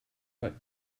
but